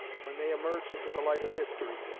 when they emerge into the light of history,